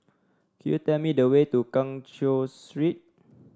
could you tell me the way to Keng Cheow Street